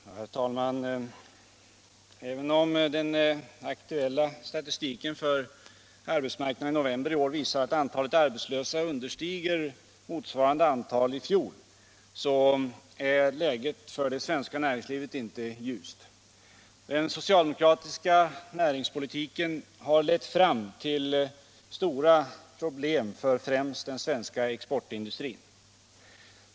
Herr talman! Även om den aktuella statistiken för arbetsmarknaden i november i år visar att antalet arbetslösa understiger motsvarande antal i november i fjol så är läget för det svenska näringslivet inte ljust. Den socialdemokratiska näringspolitiken har lett fram till stora problem för främst den svenska exportindustrin.